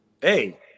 hey